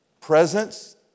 presence